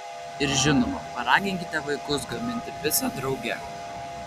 ir žinoma paraginkite vaikus gaminti picą drauge